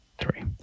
Three